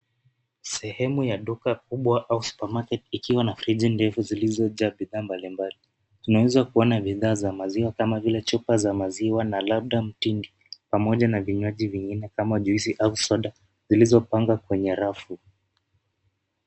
Sehemu ya duka kubwa au supermarket ikiwa na friji ndefu zilizojaa bidhaa mbalimbali. Tunaweza kuona bidhaa za maziwa kama vile chupa za maziwa na labda mtindi. Pamoja na vinywaji vingine kama vile juisi au soda zilizopangwa kwenye rafu.